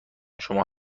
شما